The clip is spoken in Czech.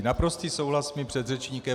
Naprostý souhlas s mým předřečníkem.